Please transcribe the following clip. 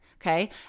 Okay